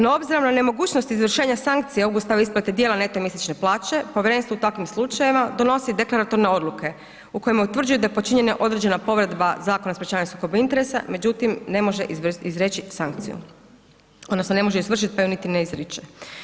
No obzirom na nemogućnost izvršenja sankcija obustave isplate dijela neto mjesečne plaće, povjerenstvo u takvim slučajevima donosi deklaratorne odluke u kojim utvrđuje da je počinjena određena povreda Zakona o sprječavanju sukoba interesa, međutim ne može izreći sankciju, odnosno ne može izvršit pa ju niti ne izriče.